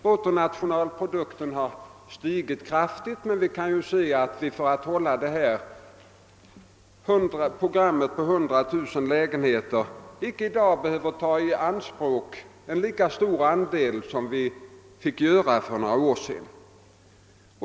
Bruttonationalprodukten har stigit kraftigt, men för att hålla programmet om 100 000 lägenheter behöver vi icke i dag ta i anspråk en lika stor andel av denna som för några år sedan.